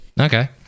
Okay